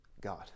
God